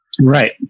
Right